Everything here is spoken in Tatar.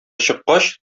чыккач